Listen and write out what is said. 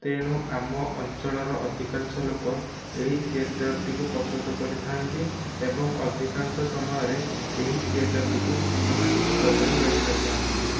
ତେଣୁ ଆମ ଅଞ୍ଚଳର ଅଧିକାଂଶ ଲୋକ ଏହି ଥିଏଟରଟିକୁ ପସନ୍ଦ କରିଥାନ୍ତି ଏବଂ ଅଧିକାଂଶ ସମୟରେ ଏହି ଥିଏଟରଟିକୁ ସିନେମା ଦେଖିବା ପାଇଁ ଯାଇଥାନ୍ତି